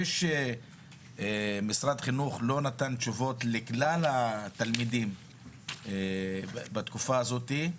זה שמשרד החינוך לא נתן תשובות לכלל התלמידים בתקופה הזאת,